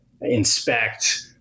inspect